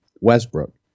Westbrook